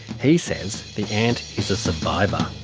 he says the ant is a survivor.